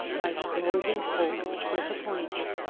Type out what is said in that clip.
thy closing hope disappointed,